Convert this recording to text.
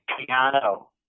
piano